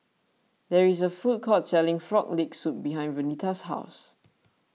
there is a food court selling Frog Leg Soup behind Vernita's house